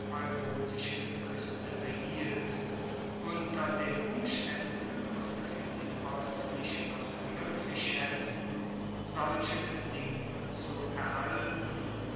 epeirotischen kueste behielt unter den umstaenden musste philippos sich noch gluecklich schaetzen solche bedingungen zu erhalten